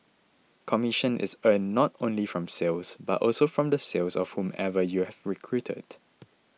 commission is earned not only from sales but also from the sales of whomever you've recruited